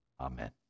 Amen